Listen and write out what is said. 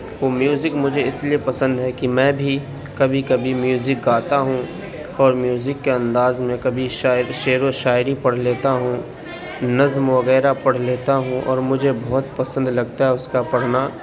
وہ میوزک مجھے اس لیے پسند ہے کہ میں بھی کبھی کبھی میوزک گاتا ہوں اور میوزک کے انداز میں کبھی شاعر شعر و شاعری پڑھ لیتا ہوں نظم وغیرہ پڑھ لیتا ہوں اور مجھے بہت پسند لگتا ہے اس کا پڑھنا